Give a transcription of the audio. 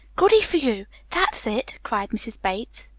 goody for you! that's it! cried mrs. bates.